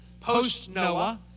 post-Noah